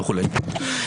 זה וכו'.